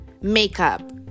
makeup